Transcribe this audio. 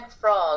frog